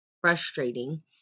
frustrating